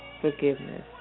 forgiveness